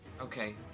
Okay